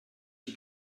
she